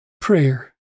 prayer